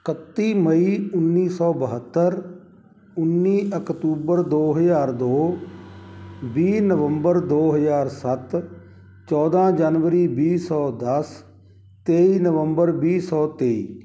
ਇਕੱਤੀ ਮਈ ਉੱਨੀ ਸੌ ਬਹੱਤਰ ਉੱਨੀ ਅਕਤੂਬਰ ਦੋ ਹਜ਼ਾਰ ਦੋ ਵੀਹ ਨਵੰਬਰ ਦੋ ਹਜ਼ਾਰ ਸੱਤ ਚੌਦ੍ਹਾਂ ਜਨਵਰੀ ਵੀਹ ਸੌ ਦਸ ਤੇਈ ਨਵੰਬਰ ਵੀਹ ਸੌ ਤੇਈ